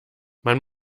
man